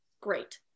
great